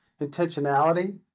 Intentionality